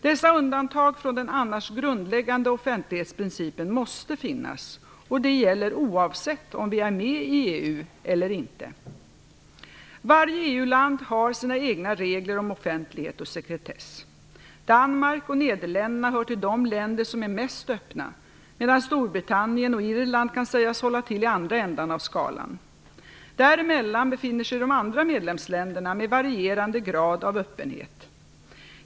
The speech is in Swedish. Dessa undantag från den annars grundläggande offentlighetsprincipen måste finnas, och det gäller oavsett om vi är med i EU eller inte. Varje EU-land har sina egna regler om offentlighet och sekretess. Danmark och Nederländerna hör till de länder som är mest öppna, medan Storbritannien och Irland kan sägas hålla till i andra änden av skalan. Däremellan befinner sig de andra medlemsländerna med varierande grad av öppenhet.